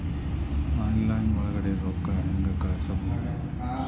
Online ಒಳಗಡೆ ರೊಕ್ಕ ಹೆಂಗ್ ಕಳುಹಿಸುವುದು?